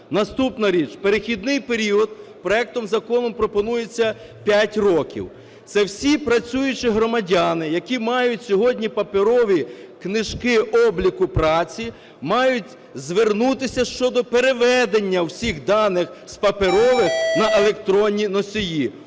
Наступна річ. Перехідний період проектом закону пропонується 5 років. Це всі працюючі громадяни, які мають сьогодні паперові книжки обліку праці, мають звернутися щодо переведення всіх даних з паперових на електронні носії.